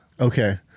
Okay